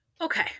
Okay